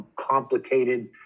complicated